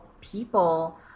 people